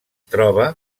troba